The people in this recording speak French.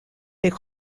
des